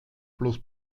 plus